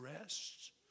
rest